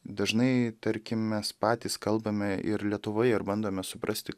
dažnai tarkim mes patys kalbame ir lietuvoje ir bandome suprasti